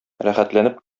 рәхәтләнеп